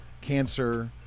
cancer